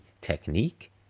technique